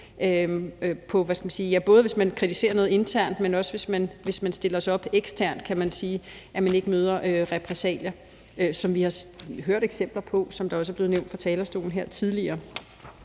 Både hvis man kritiserer noget internt, men også hvis man stiller sig op eksternt, er det vigtigt, at man ikke møder repressalier, som vi har hørt eksempler på, hvilket også er blevet nævnt fra talerstolen her tidligere.